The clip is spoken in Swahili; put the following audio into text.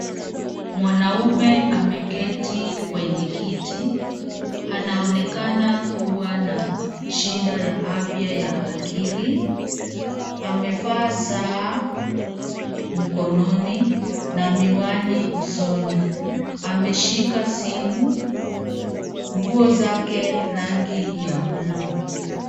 Mwanaume ameketi kwenye kiti, anaonekana kuwa na shida ya afya ya akili. Amevaa saa mkononi na miwani usoni, ameshika simu. Nguo zake rangi ya bluu.